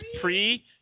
pre